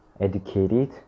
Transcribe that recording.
educated